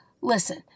listen